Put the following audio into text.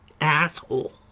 asshole